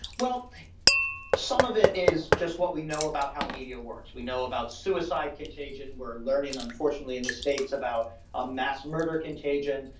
well some of it is just what we know about how media works. we know about suicide contagion. we're learning unfortunately in the states about a mass murder contagion.